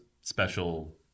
special